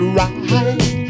right